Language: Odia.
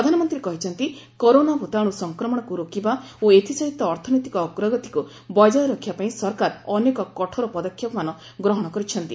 ପ୍ରଧାନମନ୍ତ୍ରୀ କହିଛନ୍ତି କରୋନା ଭୂତାଣୁ ସଂକ୍ରମଣକ୍ର ରୋକିବା ଓ ଏଥିସହିତ ଅର୍ଥନୈତିକ ଅଗ୍ରଗତିକ୍ ବଜାୟ ରଖିବା ପାଇଁ ସରକାର ଅନେକ କଠୋର ପଦକ୍ଷେପମାନ ଗ୍ରହଣ କରିଛନ୍ତି